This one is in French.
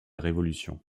révolution